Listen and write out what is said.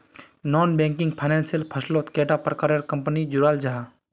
Non banking financial फसलोत कैडा प्रकारेर कंपनी जुराल जाहा?